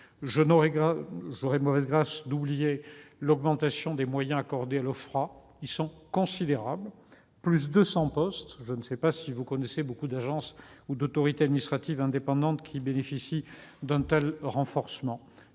J'aurais mauvaise grâce d'oublier l'augmentation des moyens accordés à l'Ofpra. Ils sont considérables : +200 postes ! Je ne sais pas, mes chers collègues, si vous connaissez beaucoup d'agences ou d'autorités administratives indépendantes qui bénéficient d'un tel renforcement.